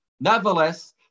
Nevertheless